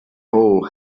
hole